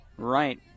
Right